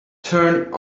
turn